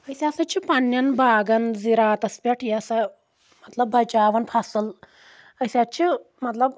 أسۍ ہسا چھِ پنٕنؠن باغن زِراعتس پؠٹھ یہِ ہسا مطلب بچاوَان فصٕل أسۍ حظ چھِ مطلب